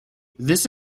this